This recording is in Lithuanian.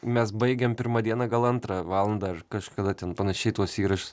mes baigėm pirmą dieną gal antrą valandą ar kažkada ten panašiai tuos įrašus